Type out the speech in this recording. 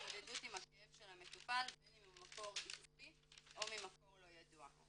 והתמודדות עם הכאב של המטופל בין אם ממקור עצבי או ממקור לא ידוע.